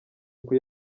uku